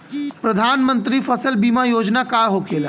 प्रधानमंत्री फसल बीमा योजना का होखेला?